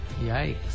yikes